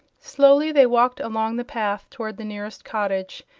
slowly they walked along the path toward the nearest cottage,